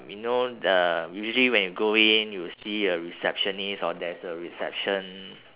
you know the usually when you go in you'll see a receptionist or there's a reception